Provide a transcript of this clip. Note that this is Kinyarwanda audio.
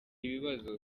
ibibazo